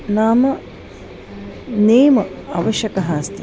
नाम नेम् आवश्यकः अस्ति